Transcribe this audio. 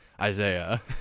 Isaiah